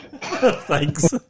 Thanks